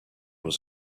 was